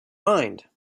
mind